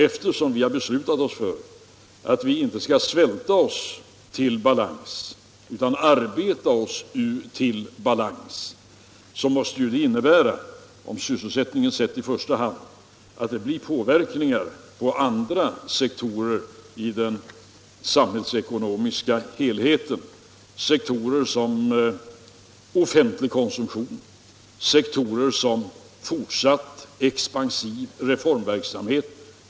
Eftersom vi beslutat oss för att vi inte skall svälta oss till balans utan arbeta oss till balans, måste det — om sysselsättningen sätts i första hand —- medföra återverkningar på andra sektorer i den samhällsekonomiska helheten, sektorer som offentlig konsumtion och fortsatt expansiv reformverksamhet.